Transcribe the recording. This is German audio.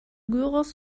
gyros